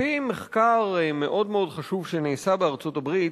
על-פי מחקר מאוד חשוב שנעשה בארצות-הברית,